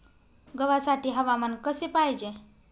गव्हासाठी हवामान कसे पाहिजे?